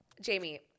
Jamie